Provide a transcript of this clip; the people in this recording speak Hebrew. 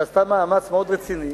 שעשתה מאמץ מאוד רציני